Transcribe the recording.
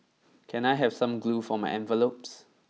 can I have some glue for my envelopes